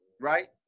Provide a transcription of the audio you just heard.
right